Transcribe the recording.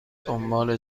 دنبال